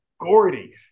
Gordy